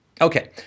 Okay